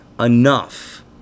enough